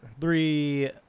three